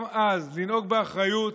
גם אז, לנהוג באחריות